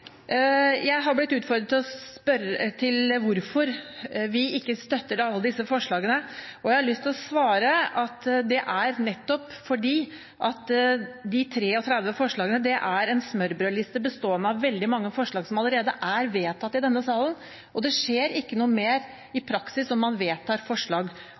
Jeg har blitt utfordret på hvorfor vi ikke støtter alle disse forslagene. Jeg har lyst til å svare at det er nettopp fordi de 33 forslagene er en smørbrødliste bestående av veldig mange forslag som allerede er vedtatt i denne salen. Det skjer ikke noe mer i praksis om man vedtar forslag